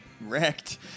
wrecked